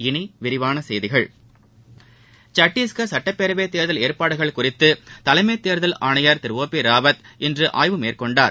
இனிவிரிவானசெய்திகள் சத்தீஸ்கள் சட்டப்பேரவைத் தேர்தல் ஏற்பாடுகள் குறித்துதலைமைதேர்தல் ஆணையர் திரு ஒ பிராவத் இன்றுஆய்வு மேற்கொள்கிறார்